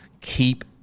keep